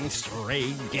straight